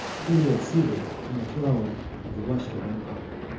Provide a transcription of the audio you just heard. whom he had seated on the throne of the western empire.